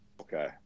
Okay